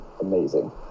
amazing